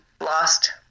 lost